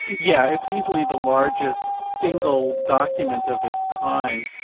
yeah it's easily the largest single document of its kind.